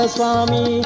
Swami